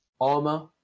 armor